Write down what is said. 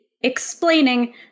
explaining